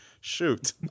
Shoot